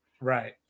Right